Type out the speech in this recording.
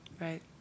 right